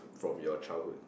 from your childhood